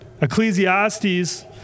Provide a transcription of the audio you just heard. Ecclesiastes